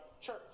church